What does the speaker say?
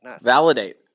Validate